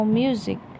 music